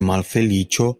malfeliĉo